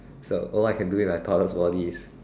so all I can do is like part of the body is